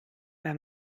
bei